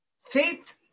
faith